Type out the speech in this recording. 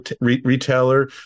retailer